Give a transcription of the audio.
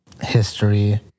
history